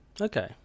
Okay